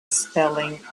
selling